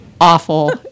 awful